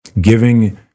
Giving